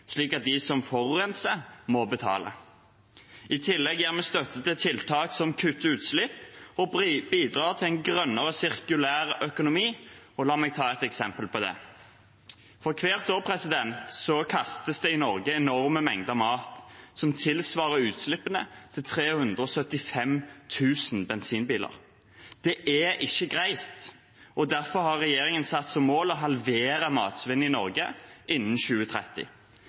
slik at de som forurenser, må betale. I tillegg gir vi støtte til tiltak som kutter utslipp og bidrar til en grønnere sirkulærøkonomi. La meg ta et eksempel på det: Hvert år kastes det enorme mengder mat i Norge, som tilsvarer utslippene til 375 000 bensinbiler. Det er ikke greit, og derfor har regjeringen satt som mål å halvere matsvinnet i Norge innen 2030.